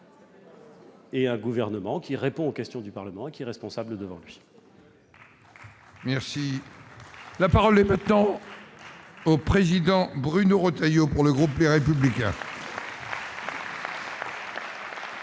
et un Gouvernement qui répond aux questions du Parlement et qui est responsable devant lui. La parole est à M. Bruno Retailleau, pour le groupe Les Républicains.